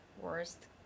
worst